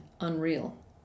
unreal